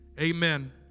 Amen